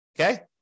Okay